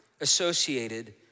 associated